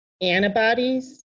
antibodies